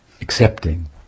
accepting